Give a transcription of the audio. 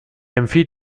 empfiehlt